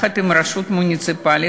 מהרשות המוניציפלית.